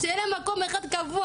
שיהיה להם מקום אחד קבוע,